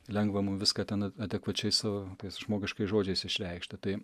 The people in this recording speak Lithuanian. lengva mum viską ten a adekvačiai su tais žmogiškais žodžiais išreikšti tai